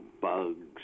bugs